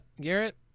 Garrett